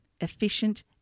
efficient